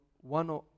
one